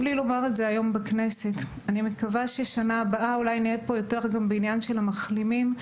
אני מקווה שבשנה הבאה נהיה פה יותר בעניין של המחלימים,